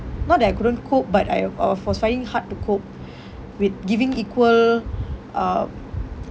not that I couldn't cope but I've of for studying hard to cope with giving equal um